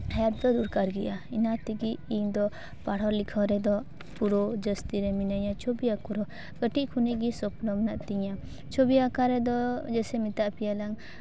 help ᱫᱚ ᱫᱚᱨᱠᱟᱨ ᱜᱮᱭᱟ ᱤᱱᱟᱹ ᱛᱮᱜᱮ ᱤᱧ ᱫᱚ ᱯᱟᱲᱦᱟᱣ ᱞᱤᱠᱷᱟᱹᱣ ᱨᱮᱫᱚ ᱯᱩᱨᱟᱹ ᱡᱟᱹᱥᱛᱤ ᱨᱮ ᱢᱤᱱᱟᱹᱧᱟ ᱪᱷᱚᱵᱤ ᱟᱸᱠᱟᱣ ᱨᱮᱦᱚᱸ ᱠᱟᱹᱴᱤᱡ ᱠᱷᱚᱱᱟᱜ ᱜᱮ ᱥᱚᱯᱱᱚ ᱢᱮᱱᱟᱜ ᱛᱤᱧᱟ ᱪᱷᱚᱵᱤ ᱟᱸᱠᱟᱣ ᱨᱮᱫᱚ ᱡᱮᱭᱥᱮ ᱢᱮᱛᱟᱜ ᱯᱮᱭᱟᱞᱟᱝ